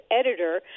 editor